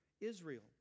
Israel